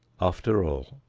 after all,